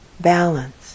balance